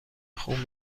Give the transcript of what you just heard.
خون